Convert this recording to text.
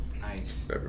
Nice